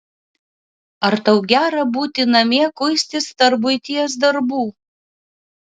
ar tau gera būti namie kuistis tarp buities darbų